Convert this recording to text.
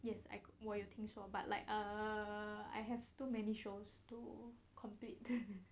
yes I co~ 我有听说 but like err I have too many shows to complete